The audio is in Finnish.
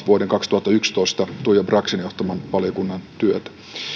vuoden kaksituhattayksitoista tuija braxin johtaman valiokunnan työtä